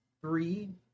Three